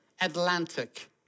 Atlantic